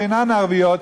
שאינן ערביות,